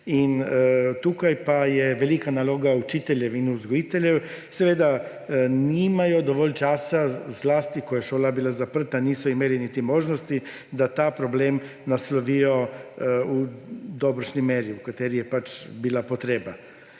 Tukaj pa je velika naloga učiteljev in vzgojiteljev. Seveda nimajo dovolj časa, zlasti ko je bila šola zaprta, niso imeli niti možnosti, da ta problem naslovijo v dobršni meri, v kateri je pač bila potreba.